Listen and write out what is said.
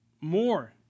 more